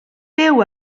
byw